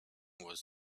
was